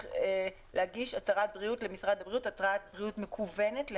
להגיש למשרד הבריאות הצהרת בריאות מקוונת,